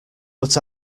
but